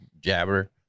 jabber